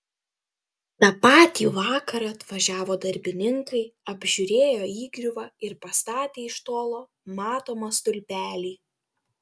tą patį vakarą atvažiavo darbininkai apžiūrėjo įgriuvą ir pastatė iš tolo matomą stulpelį